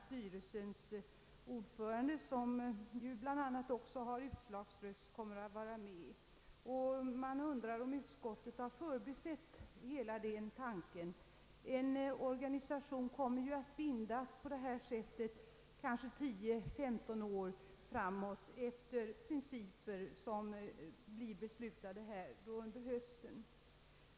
Styrelsens ordförande, som bl.a. också har utslagsröst, är en av dem. Man undrar om utskottet har förbisett hela denna fråga. Organisationen kommer att på detta sätt bindas för kanske 10—15 år framåt efter principer som beslutas under hösten.